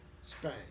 Spain